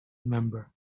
member